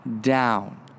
down